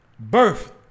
Birth